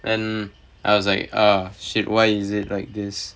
then I was like ah shit why is it like this